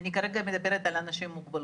ואני כרגע מדברת על אנשים עם מוגבלויות.